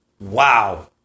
Wow